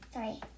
Sorry